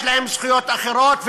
יש להם זכויות אחרות,